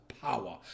Power